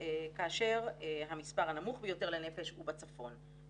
כאשר המספר הנמוך ביותר לנפש הוא בצפון.